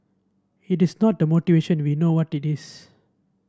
it is not the motivation we know what it is